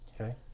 Okay